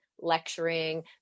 Lecturing